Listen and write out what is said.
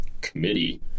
committee